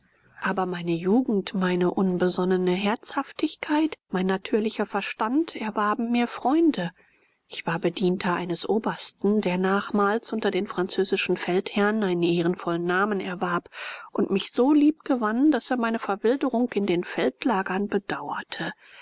aber meine jugend meine unbesonnene herzhaftigkeit mein natürlicher verstand erwarben mir freunde ich war bedienter eines obersten der nachmals unter den französischen feldherrn einen ehrenvollen namen erwarb und mich so lieb gewann daß er meine verwilderung in den feldlagern bedauerte